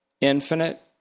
Infinite